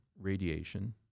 radiation